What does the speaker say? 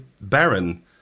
barren